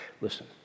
Listen